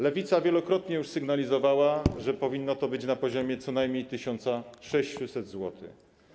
Lewica wielokrotnie już sygnalizowała, że powinno to być na poziomie co najmniej 1600 zł.